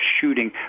shooting